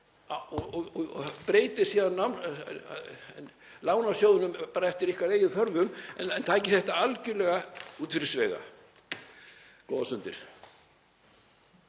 Breytið síðan lánasjóðnum bara eftir ykkar eigin þörfum en takið þetta algjörlega út fyrir sviga. Góðar stundir.